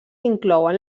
inclouen